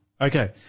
Okay